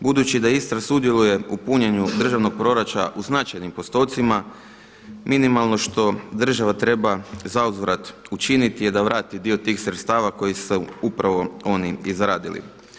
Budući da Istra sudjeluje u punjenju državnog proračuna u značajnim postotcima minimalno što država treba zauzvrat učiniti je da vrati dio tih sredstava koji su upravo oni izradili.